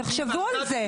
תחשבו על זה.